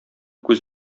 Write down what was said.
күз